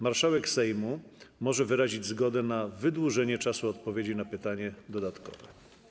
Marszałek Sejmu może wyrazić zgodę na wydłużenie czasu odpowiedzi na pytanie dodatkowe.